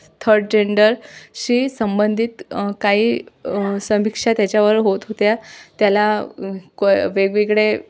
third gender शी संबंधित काही समीक्षा त्याच्यावर होत होत्या त्याला क वेगवेगळे